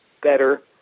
better